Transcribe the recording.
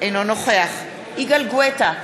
אינו נוכח יגאל גואטה,